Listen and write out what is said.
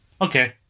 okay